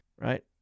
right